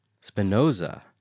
Spinoza